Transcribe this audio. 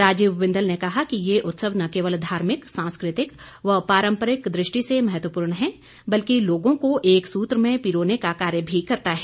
राजीव बिंदल ने कहा कि ये उत्सव न केवल धार्मिक सांस्कृतिक व पारंपरिक दृष्टि से महत्वपूर्ण है बल्कि लोगों को एक सूत्र में पिरोने का कार्य भी करता है